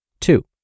Two